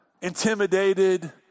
intimidated